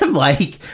um like,